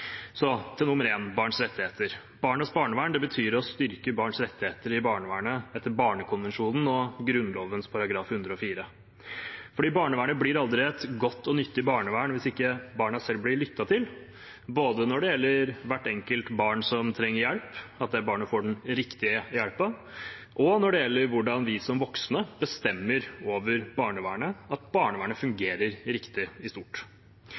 Så til nr. 1: barns rettigheter. Barnas barnevern betyr å styrke barns rettigheter i barnevernet etter barnekonvensjonen og Grunnloven § 104. Barnevernet blir aldri et godt og nyttig barnevern hvis ikke barna selv blir lyttet til, både når det gjelder hvert enkelt barn som trenger hjelp, at det barnet får den riktige hjelpen, og når det gjelder hvordan vi som voksne bestemmer over barnevernet, at barnevernet fungerer riktig i stort.